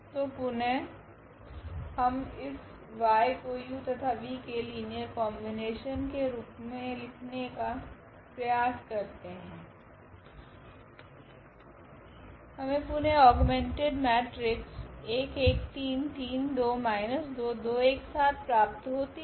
तो पुनः हम इस y को u तथा v के लीनियर कोंबिनेशन के रूप मे लिखने का प्रयास करते है तथा हमे पुनः औग्मेंटेड मेट्रिक्स प्राप्त होती है